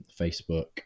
Facebook